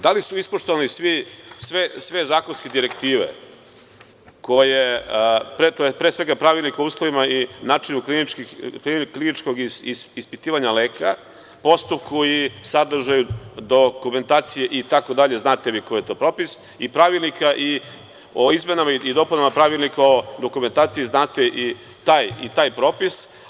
Da li su ispoštovane sve zakonske direktive, pre svega Pravilnik o uslovima i načinu kliničkog ispitivanja leka, postupku i sadržaju dokumentacije itd, znate vi koji je to propis, i Pravilnika o izmenama i dopunama Pravilnika o dokumentaciji, znate i taj propis?